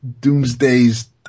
doomsday's